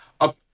up